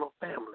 family